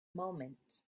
moment